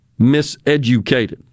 miseducated